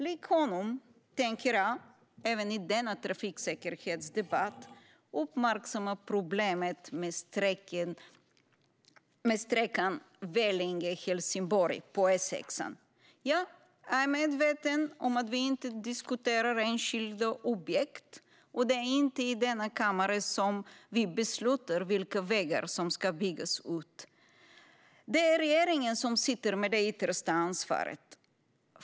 Likt honom tänker jag, även i denna trafiksäkerhetsdebatt, uppmärksamma problemet med sträckan Vellinge-Helsingborg på E6. Jag är medveten om att vi inte diskuterar enskilda objekt och att det inte är i denna kammare som vi beslutar om vilka vägar som ska byggas ut. Det är regeringen som sitter med det yttersta ansvaret.